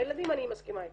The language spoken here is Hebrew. הילדים אני מסכימה איתך,